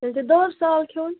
تیٚلہِ چھُو دوٚر سال کھیٚون